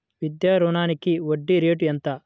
విద్యా రుణానికి వడ్డీ రేటు ఎంత?